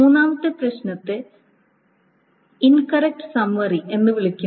മൂന്നാമത്തെ പ്രശ്നത്തെ incorrect summary എന്ന് വിളിക്കുന്നു